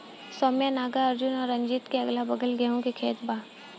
सौम्या नागार्जुन और रंजीत के अगलाबगल गेंहू के खेत बा